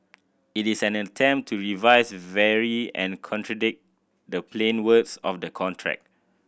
it is an attempt to revise vary and contradict the plain words of the contract